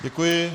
Děkuji.